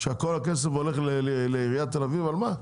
שכל הכסף הולך לעיריית תל אביב, על מה?